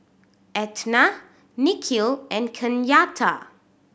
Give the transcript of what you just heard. Etna Nikhil and Kenyatta